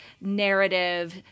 narrative